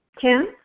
Kim